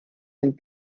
sind